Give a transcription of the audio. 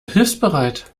hilfsbereit